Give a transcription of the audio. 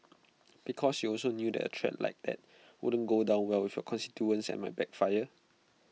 because you also knew that A threat like that wouldn't go down well with your constituents and might backfire